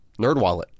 NerdWallet